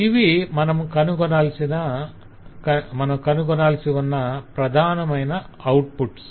ఇవి మనం కనుగొనాల్సి ఉన్న ప్రధానమైన ఔట్పుట్స్